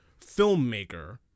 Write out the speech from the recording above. filmmaker